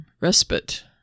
Respite